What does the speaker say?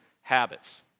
habits